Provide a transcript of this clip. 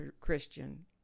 Christian